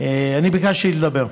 אני ביקשתי לדבר,